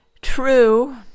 True